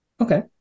Okay